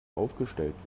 aufgestellt